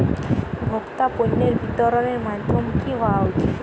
ভোক্তা পণ্যের বিতরণের মাধ্যম কী হওয়া উচিৎ?